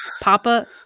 Papa